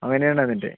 അങ്ങനെ ആണ് അതിൻ്റെ